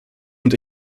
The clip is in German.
und